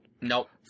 Nope